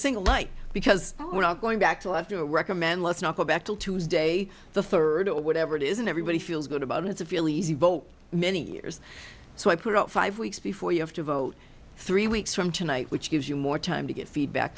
single like because we're not going back to live to recommend let's not go back till tuesday the third or whatever it is and everybody feels good about it it's a fairly easy vote many years so i put out five weeks before you have to vote three weeks from tonight which gives you more time to get feedback